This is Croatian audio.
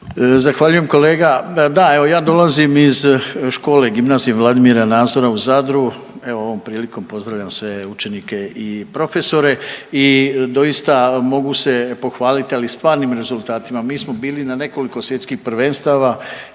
Zahvaljujem kolega. Da, evo ja dolazim iz škole Gimnazije Vladimira Nazora u Zadru, evo ovom prilikom pozdravljam sve učenike i profesore i doista mogu se pohvaliti, ali stvarnim rezultatima. Mi smo bili na nekoliko svjetskih prvenstava